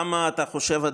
בכמה אתה חושב,